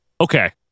Okay